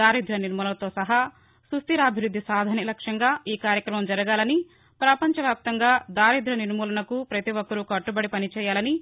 దార్చిద్య నిర్మూలనతో సహా సుస్టిరాభివృద్ది సాధనే లక్ష్యంగా ఈ కార్యక్రమం జరగాలని ప్రపంచ వ్యాప్తంగా దారిద్ర్య నిర్మూలనకు ప్రపతి ఒక్కరూ కట్టబడి పనిచేయాలని